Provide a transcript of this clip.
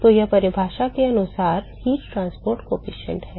तो यह परिभाषा के अनुसार ऊष्मा परिवहन गुणांक है